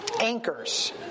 Anchors